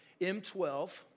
M12